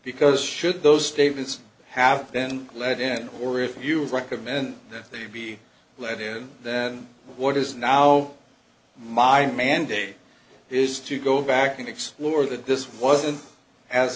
because should those statements have been let in or if you would recommend that they be let in then what is now my mandate is to go back and explore that this wasn't as